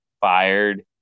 fired